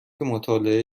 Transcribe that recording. مطالعه